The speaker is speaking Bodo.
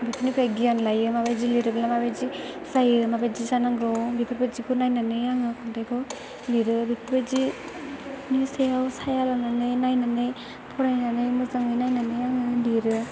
बिदिनिफ्राय गियान लायो माबायदि लिरोबा माबायदि जायो माबायदि जानांगौ बेफोर बायदिखौ नायनानै आङो खन्थाइखौ लिरो बेफोरबायदि बेफोरनि सायाव साया लानानै नायनानै फरायनानै मोजाङै नायनानै आङो लिरो